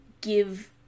give